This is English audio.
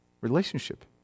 Relationship